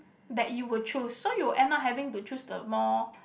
that you would choose so you end up having to choose the more